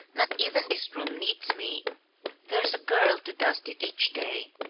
not even this room needs me there's a girl to dust it each day.